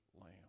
lamb